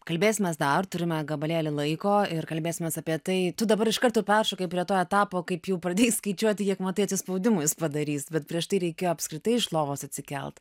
kalbėsimės dar turime gabalėlį laiko ir kalbėsimės apie tai tu dabar iš karto peršokai prie to etapo kaip jau pradėjai skaičiuoti kiek matai atsispaudimų jis padarys bet prieš tai reikėjo apskritai iš lovos atsikelt